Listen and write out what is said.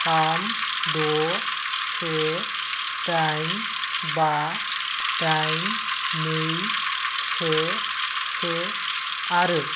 थाम द से दाइन बा दाइन नै से से आरो